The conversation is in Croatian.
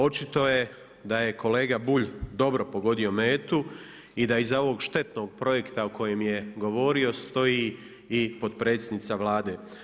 Očito je da je kolega Bulj dobro pogodio metu i da iza ovog štetnog projekta o kojem je govorio stoji i potpredsjednica Vlade.